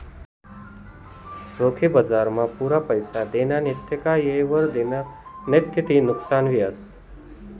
रोखे बजारमा पुरा पैसा दिना नैत का येयवर दिना नैत ते नुकसान व्हस